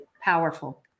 powerful